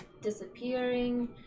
disappearing